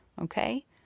okay